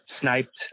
sniped